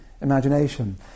imagination